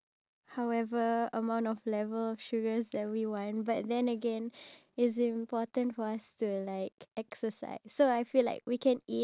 I do wait um the picture that you holding up right if you flip it to the other side do you have a different picture or what